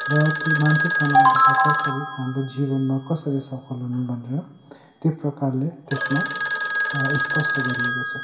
र त्यो मानसिक तनावबाट कसरी हाम्रो जिवनमा कसरी सफल हुनु भनेर त्यो प्रकारले त्यसमा स्पष्ट गरिएको छ